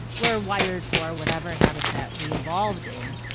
we're wired for whatever habitat we evolved in.